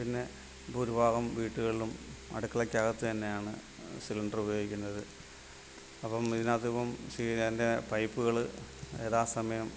പിന്നെ ഭൂരിഭാഗം വീട്ടുകളും അടുക്കളയ്ക്കകത്ത് തന്നെയാണ് സിലിണ്ടറ് ഉപയോഗിക്കുന്നത് അപ്പം ഇതിനകത്തിപ്പം പൈപ്പുകൾ യഥാ സമയം